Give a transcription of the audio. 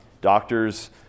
Doctors